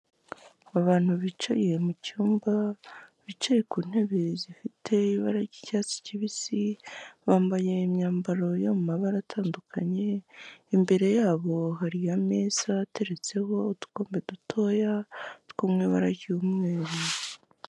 Abantu bicariye mu cyumba bicaye ku ntebe zifite ibara ry'icyatsi kibisi bambaye imyambaro yo mu mabara atandukanye imbere yabo hari ameza ateretseho udukombe dutoya two mu ibara ry'umweru.